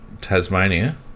Tasmania